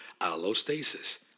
allostasis